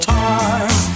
time